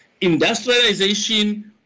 Industrialization